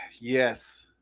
Yes